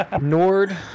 Nord